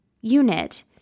unit